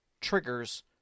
triggers